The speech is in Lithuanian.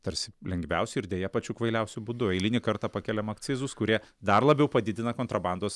tarsi lengviausiu ir deja pačiu kvailiausiu būdu eilinį kartą pakeliam akcizus kurie dar labiau padidina kontrabandos